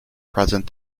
present